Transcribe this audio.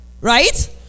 right